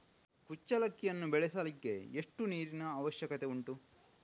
ಕುಚ್ಚಲಕ್ಕಿಯನ್ನು ಬೆಳೆಸಲಿಕ್ಕೆ ಎಷ್ಟು ನೀರಿನ ಅವಶ್ಯಕತೆ ಉಂಟು?